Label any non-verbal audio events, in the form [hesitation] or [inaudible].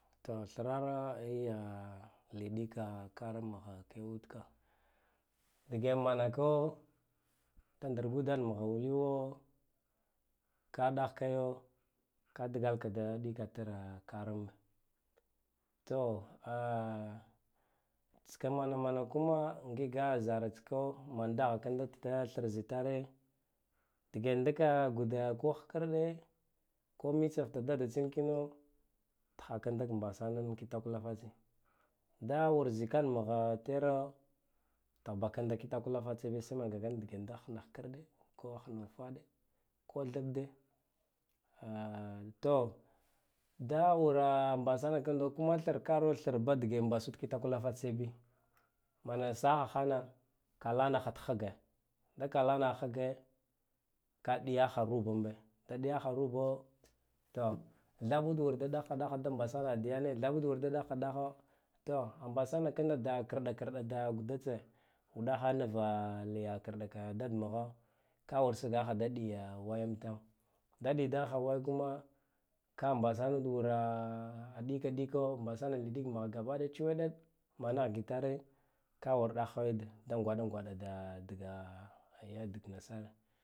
To thrara [hesitation] liɗika kara mghakeyud ka dgemanako nda ndrgud mgha wuliwo ka ɗahkayo ka dgal ka da ɗikata karambe to tska mana mana kuma angiga zaras ka man digha kanda thzitare dge ndika kudo kaghkirɗe ko mitsa fta dada tsinkin tshaka dik mbasanane nkitwla fatsiya da wur zikan mgha tera bakanda kitwal fatsiya bi sai man gakanda dege dik khna gukɗe ko ghna ufaɗe ko thde a to da wura mbasana kando kuma thr karo thba dge mbasud kikwla fatsiya bi mana sagha khana kalanhad khge da kalanaghd khge ka ɗiyakha rubumbe da diyakha rubo to thabud wur da ɗakha ɗakhce da mbasanaha diyana thaɓud wur da ɗagha dagha ambasana kanda da karɗa-kaɗa da kuttse uɗakha nva liya kida ka dad magho ka wur sgakha da ɗiya wayam tam da ɗidahhaway kuma ka mbasanaud wura ɗika-ɗiko mbasanaka ɗik mgha gabaɗaya tsweɗeɗ managhgitare ka wur ɗaghyud da gwada gwaɗa diga ya dinasar